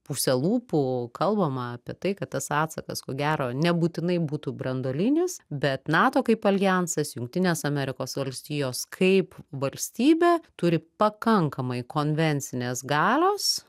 puse lūpų kalbama apie tai kad tas atsakas ko gero nebūtinai būtų branduolinis bet nato kaip aljansas jungtinės amerikos valstijos kaip valstybė turi pakankamai konvencinės galios